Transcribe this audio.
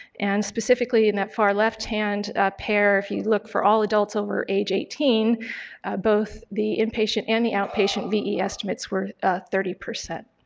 and specifically in that far left-hand pair if you look for all adults over age eighteen both the inpatient and the outpatient ve estimates were thirty.